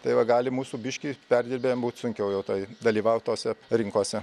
tai va gali mūsų biškį perdirbėjam būt sunkiau jau tai dalyvaut tose rinkose